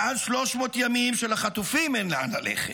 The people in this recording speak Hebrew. מעל 300 ימים שלחטופים אין לאן ללכת,